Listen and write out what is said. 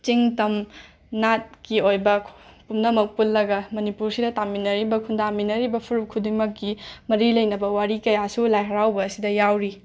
ꯆꯤꯡ ꯇꯝ ꯅꯥꯠꯀꯤ ꯑꯣꯏꯕ ꯄꯨꯝꯅꯃꯛ ꯄꯨꯜꯂꯒ ꯃꯅꯤꯄꯨꯔꯁꯤꯗ ꯇꯥꯃꯤꯟꯅꯔꯤꯕ ꯈꯨꯟꯗꯥꯃꯤꯟꯅꯔꯤꯕ ꯐꯨꯔꯨꯞ ꯈꯨꯗꯤꯡꯃꯛꯀꯤ ꯃꯔꯤ ꯂꯩꯅꯕ ꯋꯥꯔꯤ ꯀꯌꯥꯁꯨ ꯂꯥꯏ ꯍꯔꯥꯎꯕ ꯑꯁꯤꯗ ꯌꯥꯎꯔꯤ